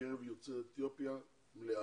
בקרב יוצאי אתיופיה מלאה.